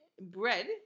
bread